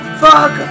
fuck